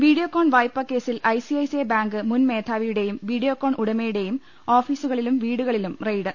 Videocon വായ്പാ കേസിൽ ICICI bank മുൻ മേധാവിയുടെയും വീഡിയോകോൺ ഉടമയു ടെയും ഓഫീസുകളിലും വീടുകളിലും റെയ്ഡ്